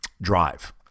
drive